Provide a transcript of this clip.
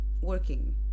working